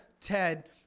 Ted